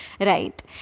Right